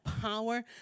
power